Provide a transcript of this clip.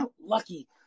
Lucky